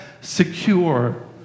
secure